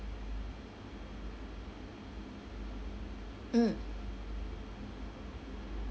mm